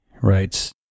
writes